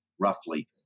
roughly